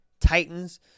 Titans